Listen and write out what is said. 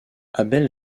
abel